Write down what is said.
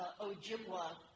Ojibwa